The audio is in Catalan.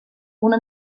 una